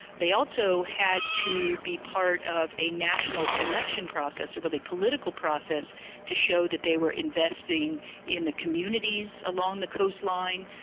they also had to be part of a national selection process, a really political process to show that they were investing in the communities along the coastline,